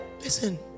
Listen